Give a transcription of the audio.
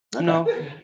no